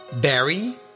Barry